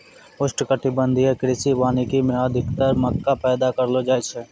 उष्णकटिबंधीय कृषि वानिकी मे अधिक्तर मक्का पैदा करलो जाय छै